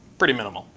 pretty minimal.